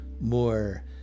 more